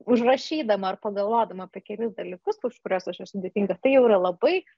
užrašydama ar pagalvodama apie kelis dalykus už kuriuos aš esu dėkinga tai jau yra labai